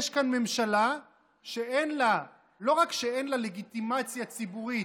יש כאן ממשלה שלא רק שאין לה לגיטימציה ציבורית,